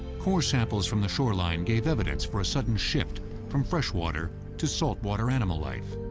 core samples from the shoreline gave evidence for a sudden shift from freshwater to saltwater animal life.